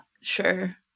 Sure